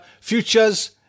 Futures